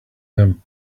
him